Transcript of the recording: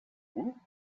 woot